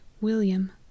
William